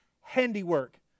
handiwork